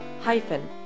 hyphen